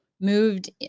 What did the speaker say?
moved